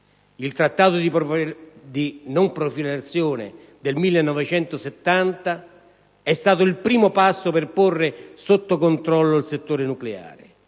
Il Trattato di non proliferazione del 1970 è stato il primo passo per porre sotto controllo il settore nucleare,